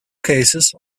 cases